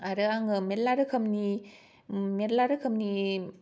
आरो आङो मेल्ला रोखोमनि मेल्ला रोखोमनि